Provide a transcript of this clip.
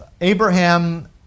Abraham